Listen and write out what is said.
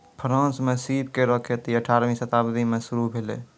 France म सीप केरो खेती अठारहवीं शताब्दी में शुरू भेलै